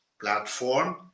platform